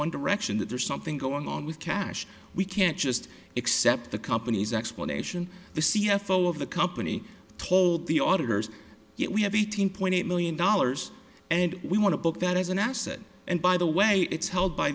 one direction that there's something going on with cash we can't just accept the company's explanation the c f o of the company told the auditor's we have eighteen point eight million dollars and we want to book that as an asset and by the way it's held by